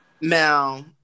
Now